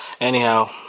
Anyhow